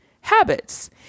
habits